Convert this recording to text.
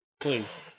Please